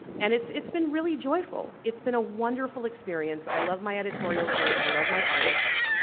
and it's it's been really joyful. it's been a wonderful experience. i love my editorial team. i love my artist.